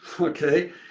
okay